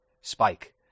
spike